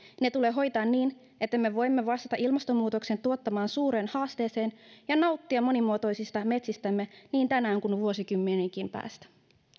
ne tulee hoitaa niin että me voimme vastata ilmastonmuutoksen tuottamaan suureen haasteeseen ja nauttia monimuotoisista metsistämme niin tänään kuin vuosikymmenienkin päästä